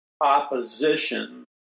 opposition